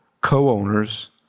co-owners